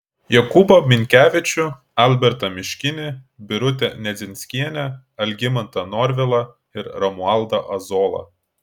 jokūbą minkevičių albertą miškinį birutę nedzinskienę algimantą norvilą ir romualdą ozolą